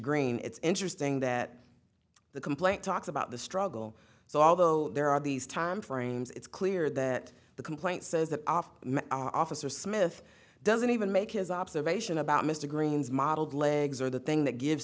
green it's interesting that the complaint talks about the struggle so although there are these timeframes it's clear that the complaint says that off our officer smith doesn't even make his observation about mr green's modeled legs or the thing that gives